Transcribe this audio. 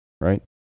right